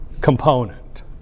component